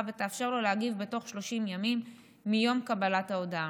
ותאפשר לו להגיב בתוך 30 ימים מיום קבלת ההודעה.